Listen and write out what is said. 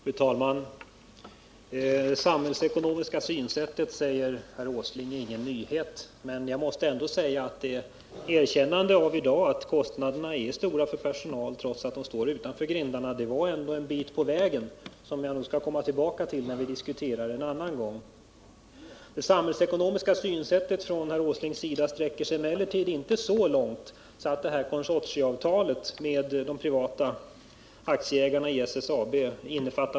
Fru talman! Det samhällsekonomiska synsättet är ingen nyhet, säger herr Åsling. Men jag måste ändå säga att det är ett erkännande i dag av att kostnaderna är stora för personal trots att den står utanför grindarna. Det var ett steg på vägen, som jag nog skall komma tillbaka till när vi diskuterar en annan gång. Herr Åslings samhällsekonomiska synsätt sträcker sig emellertid inte så långt att det innefattar någonting av konsortieavtalet med de privata aktieägarna i SSAB.